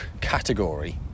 Category